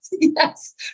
yes